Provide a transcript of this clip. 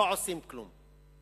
לא עושים כלום.